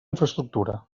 infraestructura